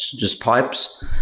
just pipes.